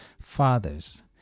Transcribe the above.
fathers